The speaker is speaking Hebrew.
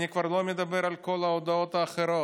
ואני כבר לא מדבר על כל ההודעות האחרות.